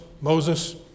Moses